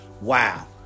Wow